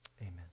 Amen